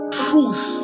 truth